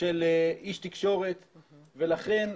של איש תקשורת ולכן,